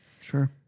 Sure